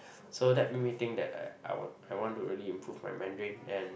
so that make me think that I I I want to really improve my Mandarin and